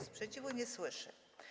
Sprzeciwu nie słyszę.